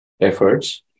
efforts